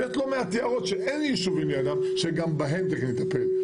ויש לא מעט יערות שאין ישובים לידם שגם בהם צריך לטפל.